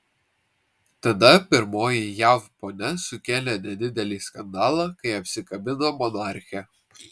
tada pirmoji jav ponia sukėlė nedidelį skandalą kai apsikabino monarchę